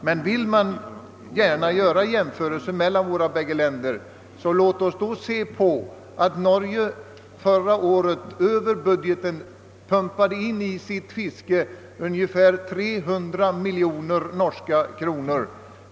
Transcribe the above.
Men vad finner vi om vi gör en jämförelse i stort i fråga om fisket i de båda länderna? Jo, förra året pumpa: de Norge via budgeten in ungefär 300 miljoner norska kronor i sitt fiske.